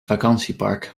vakantiepark